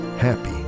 happy